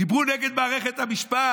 דיברו נגד מערכת המשפט.